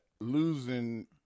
losing –